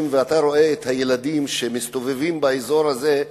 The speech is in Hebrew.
אתה רואה את הילדים שמסתובבים באזור הזה.